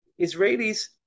Israelis